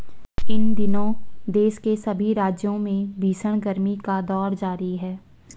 इन दिनों देश के सभी राज्यों में भीषण गर्मी का दौर जारी है